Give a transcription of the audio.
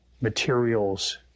materials